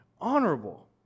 honorable